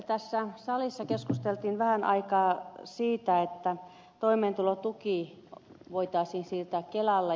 tässä salissa keskusteltiin vähän aikaa siitä että toimeentulotuki voitaisiin siirtää kelalle